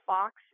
Fox